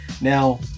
now